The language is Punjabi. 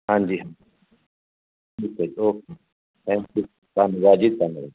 ਹਾਂਜੀ ਹਾਂ ਠੀਕ ਹੈ ਜੀ ਓਕੇ ਥੈਂਕ ਯੂ ਧੰਨਵਾਦ ਜੀ ਧੰਨਵਾਦ